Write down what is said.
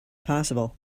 possible